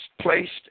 placed